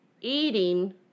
eating